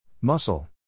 muscle